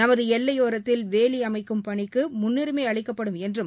நமது எல்லையோரத்தில் வேலி அமைக்கும் பணிக்கு முன்னுரிமை அளிக்கப்படும் என்றும்